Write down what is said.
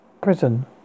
prison